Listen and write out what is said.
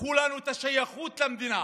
לקחו לנו את השייכות למדינה.